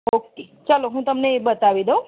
okay ચલો હું તમને એ બતાવી દઉં